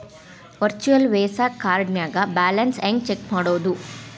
Virtual Visa ಕಾರ್ಡ್ನ್ಯಾಗ balance ಹೆಂಗ check ಮಾಡುದು?